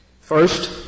First